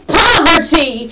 poverty